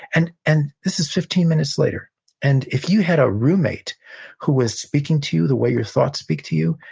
and and this is fifteen minutes later and if you had a roommate who was speaking to you the way your thoughts speak to you,